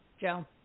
joe